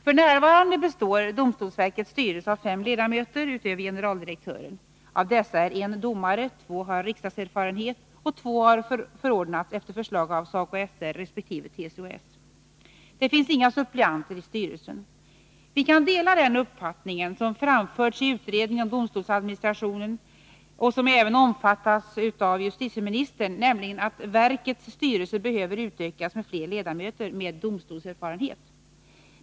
F.n. består domstolsverkets styrelse av fem ledamöter utöver generaldirektören. Av dessa är en domare, två har riksdagserfarenhet och två har förordnats efter förslag av SACO/SR resp. TCO-S. Det finns inga suppleanter i styrelsen. Vi kan dela den uppfattning som framförts i utredningen om domstolsadministrationen och som även omfattas av justitieministern, nämligen att verkets styrelse behöver utökas med fler ledamöter med domstolserfarenhet.